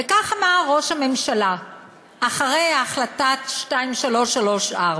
וכך אמר ראש הממשלה אחרי החלטה 2334: